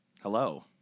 Hello